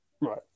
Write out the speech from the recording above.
Right